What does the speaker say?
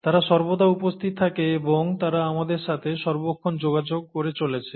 তারা সর্বদা উপস্থিত থাকে এবং তারা আমাদের সাথে সর্বক্ষণ যোগাযোগ করে চলেছে